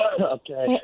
Okay